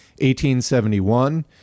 1871